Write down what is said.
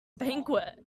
banquet